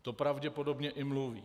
To pravděpodobně i mluví.